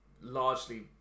Largely